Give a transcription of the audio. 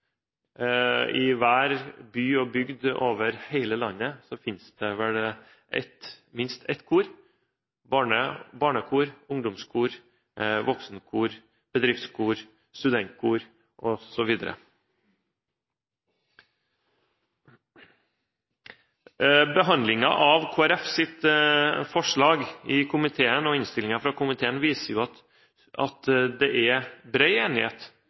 I hver by og bygd over hele landet finnes det vel minst ett kor – barnekor, ungdomskor, voksenkor, bedriftskor, studentkor osv. Behandlingen av Kristelig Folkepartis forslag i komiteen og innstillingen fra komiteen viser at det er bred enighet